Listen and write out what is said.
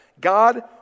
God